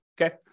Okay